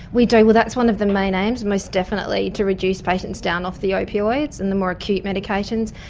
we do. that's one of the main aims, most definitely, to reduce patients down off the opioids and the more acute medications.